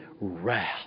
wrath